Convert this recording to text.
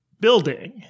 building